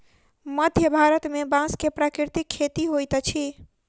मध्य भारत में बांस के प्राकृतिक खेती होइत अछि